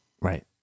Right